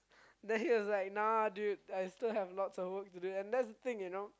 then he was like nah dude I still have lots to do and that's the thing you know